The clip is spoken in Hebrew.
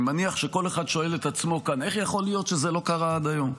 אני מניח שכל אחד שואל את עצמו כאן: איך יכול להיות שזה לא קרה עד היום?